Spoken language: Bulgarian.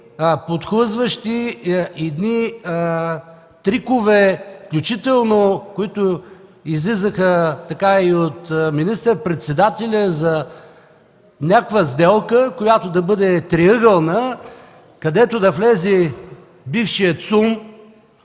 подхлъзващи, едни трикове, включително, които излизаха и от министър-председателя за някаква сделка, която да бъде триъгълна, където да влезе бившият ЦУМ.